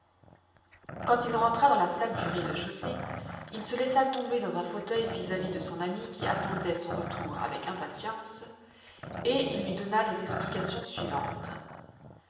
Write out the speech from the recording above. quand il rentra dans la salle du rez-de-chaussée il se laissa tomber dans un fauteuil vis-à-vis de son ami qui attendait son retour avec impatience et il lui donna les explications suivantes